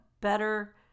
better